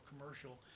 commercial